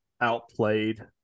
outplayed